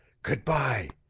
good-bye,